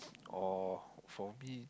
or for me